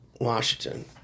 Washington